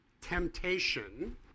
temptation